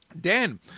Dan